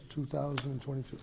2022